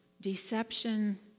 deception